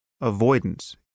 avoidance